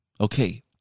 okay